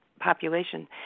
population